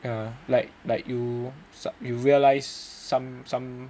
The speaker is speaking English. ya like like you you realize some some